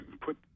put